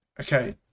Okay